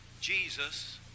Jesus